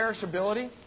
perishability